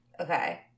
Okay